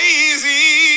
easy